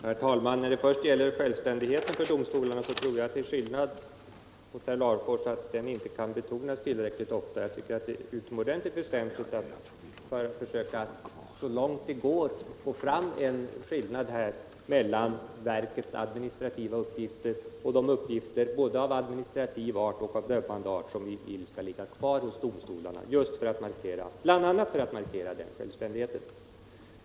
Herr talman! Vad först gäller självständigheten för domstolarna så tror jag till skillnad mot herr Larfors att den inte kan betonas tillräckligt ofta. Jag tycker att det är utomordentligt väsentligt att försöka så långt det går få fram en skillnad mellan verkets administrativa uppgifter och de uppgifter både av administrativ art och av dömande art som vi vill skall ligga kvar hos domstolarna, bl.a. för att markera självständigheten.